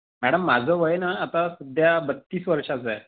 madam माझं वय नां आता सध्या बत्तीस वर्षाचं आहे